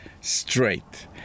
straight